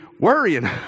worrying